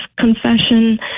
confession